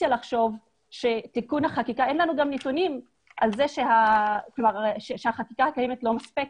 גם נתונים שהחקיקה הקיימת לא מספקת.